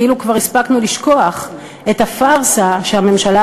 כאילו כבר הספקנו לשכוח את הפארסה שהממשלה